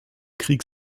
krieg